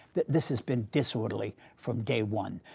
this has been disorderly from day one.